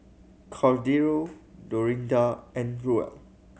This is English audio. Cordero Dorinda and Ruel